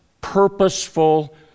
purposeful